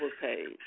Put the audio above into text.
page